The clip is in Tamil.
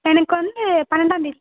எனக்கு வந்து பன்னெண்டாம் தேதி